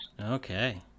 Okay